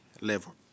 level